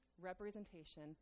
representation